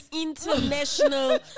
international